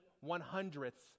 one-hundredths